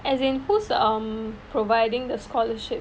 as in who's um providing the scholarship